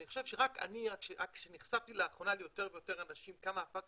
אני נחשפתי לאחרונה לאנשים שהפקס